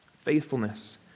faithfulness